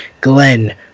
Glenn